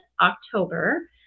October